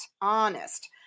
honest